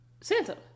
Santa